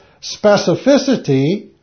specificity